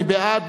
מי בעד?